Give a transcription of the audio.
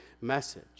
message